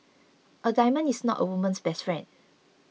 a diamond is not a woman's best friend